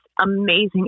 amazing